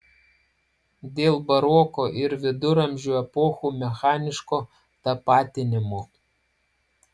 dėl baroko ir viduramžių epochų mechaniško tapatinimo